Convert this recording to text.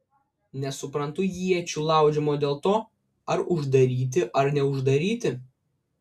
nesuprantu iečių laužymo dėl to ar uždaryti ar neuždaryti